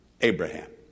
Abraham